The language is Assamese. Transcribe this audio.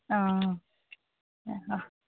অঁ